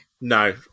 No